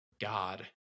god